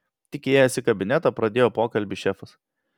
tik įėjęs į kabinetą pradėjo pokalbį šefas